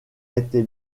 été